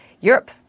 Europe